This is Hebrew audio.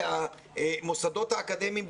המוסדות האקדמיים,